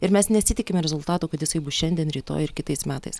ir mes nesitikim rezultato kad jisai bus šiandien rytoj ir kitais metais